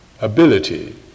ability